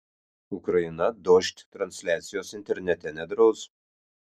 ukraina dožd transliacijos internete nedraus